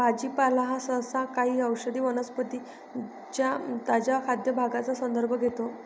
भाजीपाला हा सहसा काही औषधी वनस्पतीं च्या ताज्या खाद्य भागांचा संदर्भ घेतो